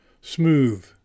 Smooth